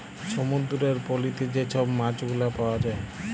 সমুদ্দুরের পলিতে যে ছব মাছগুলা পাউয়া যায়